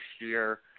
year